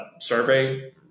survey